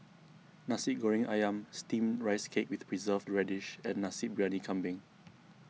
Nasi Goreng Ayam Steamed Rice Cake with Preserved Radish and Nasi Briyani Kambing